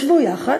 ישבו יחד